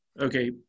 okay